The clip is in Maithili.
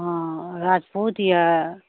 हँ राजपूत यऽ